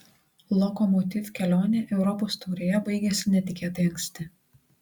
lokomotiv kelionė europos taurėje baigėsi netikėtai anksti